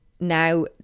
now